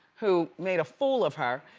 who made a fool of her.